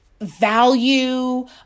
value